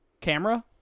camera